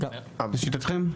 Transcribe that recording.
לשיטתכם.